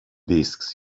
disks